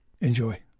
Enjoy